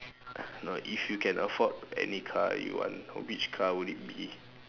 no if you can afford any car you want which car would it be